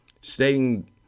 stating